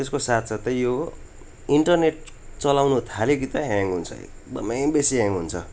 त्यसको साथसाथै यो इन्टरनेट चलाउनु थाल्यो कि त ह्याङ हुन्छ यो एकदमै बेसी ह्याङ हुन्छ